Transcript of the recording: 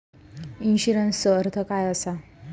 इन्शुरन्सचो अर्थ काय असा?